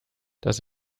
das